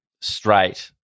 straight